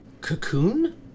cocoon